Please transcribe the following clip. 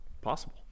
possible